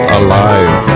alive